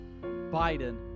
biden